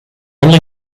only